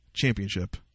championship